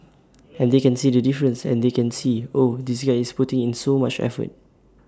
and they can see the difference and they can see oh this guy is putting in so much effort